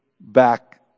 back